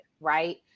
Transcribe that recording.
right